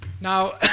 Now